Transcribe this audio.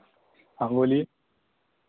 हाँ बोलिए